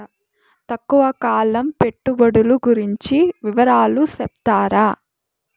తక్కువ కాలం పెట్టుబడులు గురించి వివరాలు సెప్తారా?